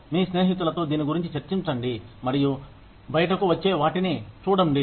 మీ స్నేహితులతో దీని గురించి చర్చించండి మరియు బయటకు వచ్చే వాటిని చూడండి